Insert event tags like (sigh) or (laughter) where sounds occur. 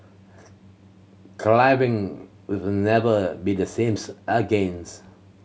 clubbing will never be the same (unintelligible) again (unintelligible)